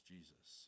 Jesus